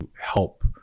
help